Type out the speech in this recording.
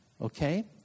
okay